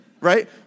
Right